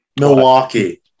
Milwaukee